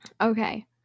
Okay